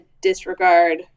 disregard